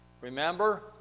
Remember